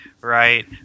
right